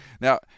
Now